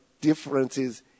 differences